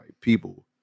people